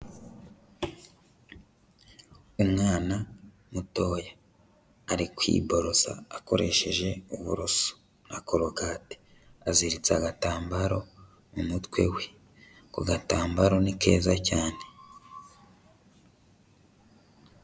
Umwana mutoya ari kwiborosa akoresheje uburoso na korogate, aziritse agatambaro mu mutwe we, ako gatambaro ni keza cyane.